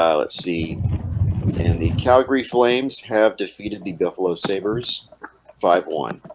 um let's see and the calgary flames have defeated the buffalo sabres five one